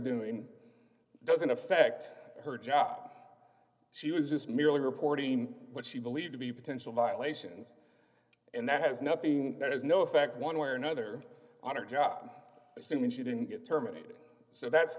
doing doesn't affect her job she was just merely reporting what she believed to be potential violations and that has nothing that has no effect one way or another on her job assuming she didn't get terminated so that's